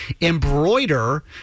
embroider